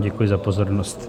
Děkuji za pozornost.